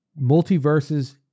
Multiverses